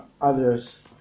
others